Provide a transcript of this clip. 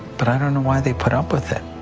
but i don't know why they put up with it.